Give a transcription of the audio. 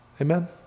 Amen